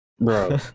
Bro